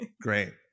great